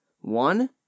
One